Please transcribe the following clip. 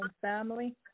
family